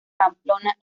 pamplona